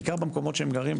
בעיקר במקומות שהם גרים,